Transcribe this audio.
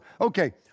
okay